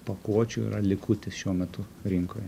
pakuočių yra likutis šiuo metu rinkoje